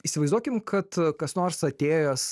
įsivaizduokim kad kas nors atėjęs